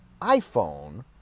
iPhone